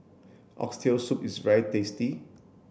oxtail soup is very tasty